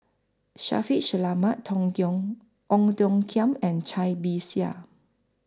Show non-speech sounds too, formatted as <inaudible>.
Shaffiq Selamat Tong <unintelligible> Ong Tiong Khiam and Cai Bixia